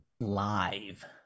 live